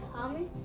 come